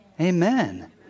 Amen